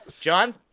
John